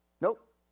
Nope